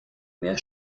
mehr